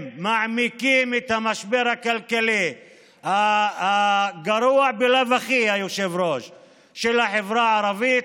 הם מעמיקים את המשבר הכלכלי הגרוע בלאו הכי של החברה הערבית,